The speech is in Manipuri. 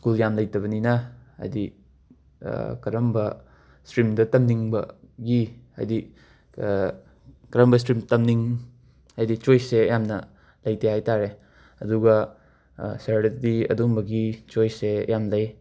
ꯁ꯭ꯀꯨꯜ ꯌꯥꯝ ꯂꯩꯇꯕꯅꯤꯅ ꯍꯥꯏꯗꯤ ꯀꯔꯝꯕ ꯁꯇ꯭ꯔꯤꯝꯗ ꯇꯝꯅꯤꯡꯕꯒꯤ ꯍꯥꯏꯗꯤ ꯀꯔꯝꯕ ꯁꯇ꯭ꯔꯤꯝ ꯇꯝꯅꯤꯡ ꯍꯥꯏꯗꯤ ꯆꯣꯏꯁꯁꯦ ꯌꯥꯝꯅ ꯂꯩꯇꯦ ꯍꯥꯏꯇꯥꯔꯦ ꯑꯗꯨꯒ ꯁꯍꯔꯗꯗꯤ ꯑꯗꯨꯝꯕꯒꯤ ꯆꯣꯏꯁꯁꯦ ꯌꯥꯝ ꯂꯩ